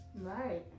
right